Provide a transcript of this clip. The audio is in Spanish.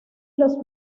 los